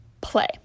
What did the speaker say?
play